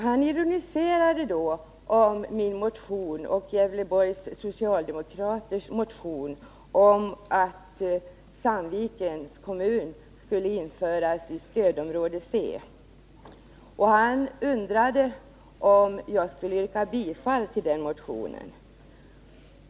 Han ironiserade då över Gävleborgs socialdemokraters motion om att Sandvikens kommun skulle införas i stödområde C. Han undrade om jag skulle yrka bifall till den motionen.